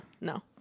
No